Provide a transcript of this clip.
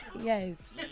Yes